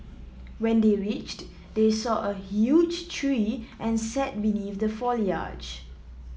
when they reached they saw a huge tree and sat beneath the foliage